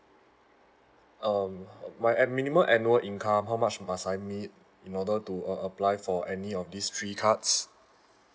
um my a~ minimum annual income how much must I meet in order to uh apply for any of these three cards